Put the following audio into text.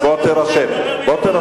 בוא תירשם.